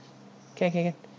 can can can